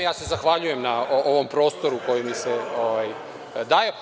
Ja se zahvaljujem na ovom prostoru koji mi se daje.